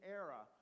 era